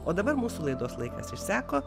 o dabar mūsų laidos laikas išseko